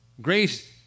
grace